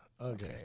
Okay